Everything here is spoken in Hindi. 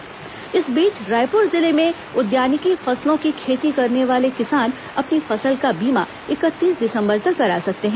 उद्यानिकी फसल बीमा इस बीच रायपुर जिले में उद्यानिकी फसलों की खेती करने वाले किसान अपनी फसल का बीमा इकतीस दिसंबर तक करा सकते हैं